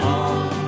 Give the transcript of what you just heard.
on